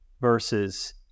versus